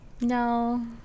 No